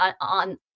on